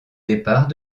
départ